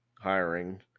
hiring